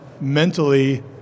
mentally